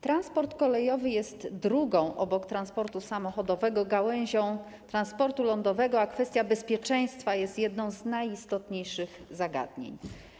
Transport kolejowy jest drugą obok transportu samochodowego gałęzią transportu lądowego, a kwestia bezpieczeństwa jest jednym z najistotniejszych z zagadnień.